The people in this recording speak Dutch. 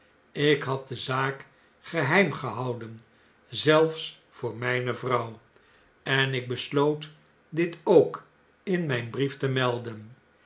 te werpen ikhadde zaak geheim gehouden zelfs voor mjjne vrouw en ik besloot dit ook in mjjn brief te melden